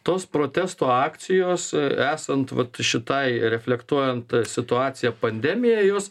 tos protesto akcijos esant vat šitai reflektuojant situaciją pandemijai jos